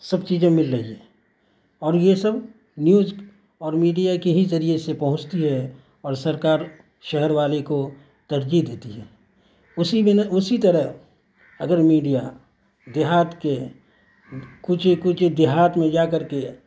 سب چیزیں مل رہے ہیں اور یہ سب نیوج اور میڈیا کے ہی ذریعے سے پہنچتی ہے اور سرکار شہر والے کو ترجیح دیتی ہے اسی بنا اسی طرح اگر میڈیا دیہات کے کچھ کچھ دیہات میں جا کر کے